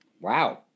Wow